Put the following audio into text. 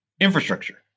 infrastructure